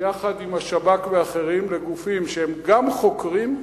יחד עם השב"כ ואחרים, לגופים שהם גם חוקרים,